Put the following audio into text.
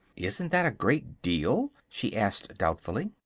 isn't that a great deal? she asked, doubtfully.